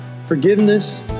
forgiveness